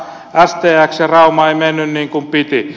stx ja rauma ei mennyt niin kuin piti